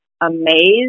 amazed